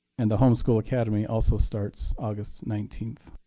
and the homeschool academy also starts august nineteen.